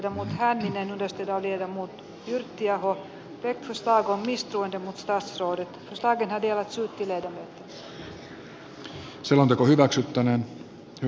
eduskunta toteaa että hallitus on tehnyt liian vähän työttömyyden hurjalle kasvulle